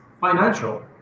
financial